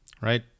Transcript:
right